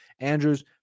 Andrews